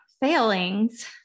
failings